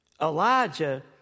Elijah